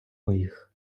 моїх